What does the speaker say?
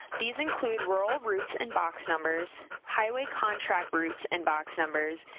these include rural routes and box numbers, highway contract routes and box numbers,